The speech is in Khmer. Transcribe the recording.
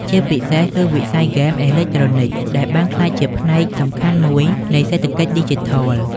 ជាពិសេស គឺវិស័យហ្គេមអេឡិចត្រូនិច ដែលបានក្លាយជាផ្នែកសំខាន់មួយនៃសេដ្ឋកិច្ចឌីជីថល។